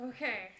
Okay